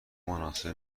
مناسب